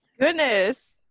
Goodness